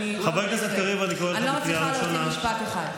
אני לא מצליחה להוציא משפט אחד.